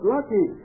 Lucky